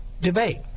debate